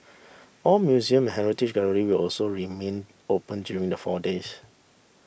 all museum heritage gallery will also remain open during the four days